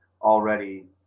already